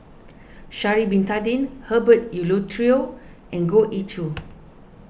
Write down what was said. Shaari Bin Tadin Herbert Eleuterio and Goh Ee Choo